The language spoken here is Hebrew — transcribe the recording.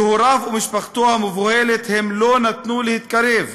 להוריו ולמשפחתו המבוהלת הם לא נתנו להתקרב.